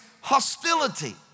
hostility